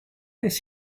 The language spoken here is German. des